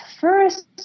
first